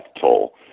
toll